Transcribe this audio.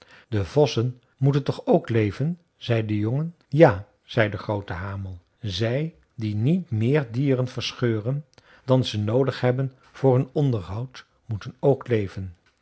de vossen moeten toch ook leven zei de jongen ja zei de groote hamel zij die niet meer dieren verscheuren dan ze noodig hebben voor hun onderhoud moeten ook leven